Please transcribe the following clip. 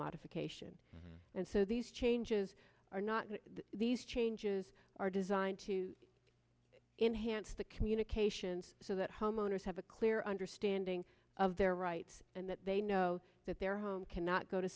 modification and so these changes are not these changes are designed to enhance the communications so that homeowners have a clear understanding of their rights and that they know that their home cannot go to